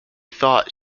thought